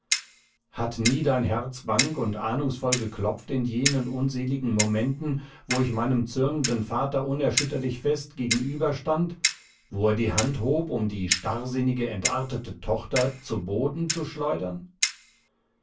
hat nie dein herz bang und ahnungsvoll geklopft in jenen unseligen momenten wo ich meinem zürnenden vater unerschütterlich fest gegenüberstand wo er die hand hob um die starrsinnige entartete tochter zu boden zu schleudern